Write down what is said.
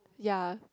ya